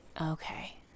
Okay